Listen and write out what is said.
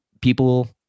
people